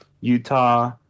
Utah